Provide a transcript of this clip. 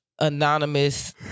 anonymous